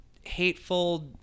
hateful